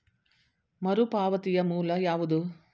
ಮರುಪಾವತಿಯ ಮೂಲ ಯಾವುದು?